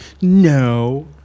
No